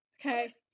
Okay